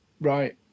Right